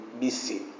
BC